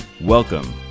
Welcome